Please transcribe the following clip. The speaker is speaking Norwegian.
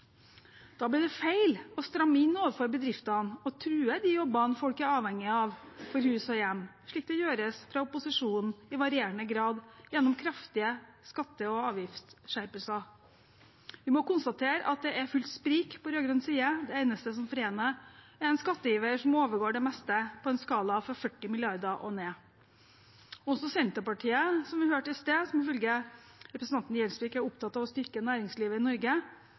Da blir det feil å stramme inn overfor bedriftene og true de jobbene folk er avhengige av for hus og hjem, slik det gjøres fra opposisjonen i varierende grad gjennom kraftige skatte- og avgiftsskjerpelser. Vi må konstatere at det er full sprik på rød-grønn side. Det eneste som forener, er en skatteiver som overgår det meste, på en skala fra 40 mrd. kr og nedover. Også Senterpartiet, som vi hørte i sted, og som ifølge representanten Gjelsvik er opptatt av å styrke næringslivet i Norge,